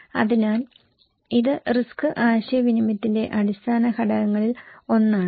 അതിനാൽ ഇത് റിസ്ക് ആശയവിനിമയത്തിന്റെ അടിസ്ഥാന ഘടകങ്ങളിലൊന്നാണ്